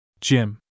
Jim